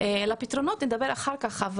על הפתרונות נדבר אחר כך,